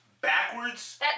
backwards